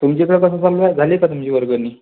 तुमच्या इथं कसं चालूय झाली का तुमची वर्गणी